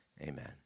Amen